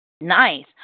nice